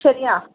சரியா